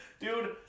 dude